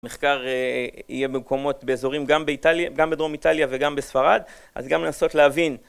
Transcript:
מחקר יהיה במקומות, באזורים, גם באיטליה... גם בדרום איטליה וגם בספרד, אז גם לנסות להבין.